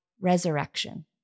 resurrection